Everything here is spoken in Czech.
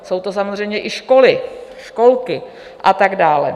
Jsou to samozřejmě i školy, školky a tak dál.